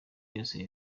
yose